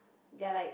they are like